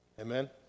Amen